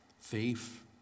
Thief